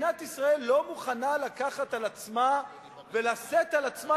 מדינת ישראל לא מוכנה לקחת על עצמה ולשאת על עצמה